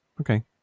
okay